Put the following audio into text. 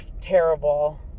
terrible